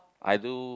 I do